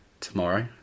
Tomorrow